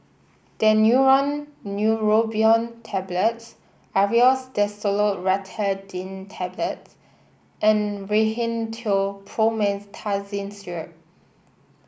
Daneuron Neurobion Tablets Aerius DesloratadineTablets and Rhinathiol Promethazine Syrup